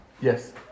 Yes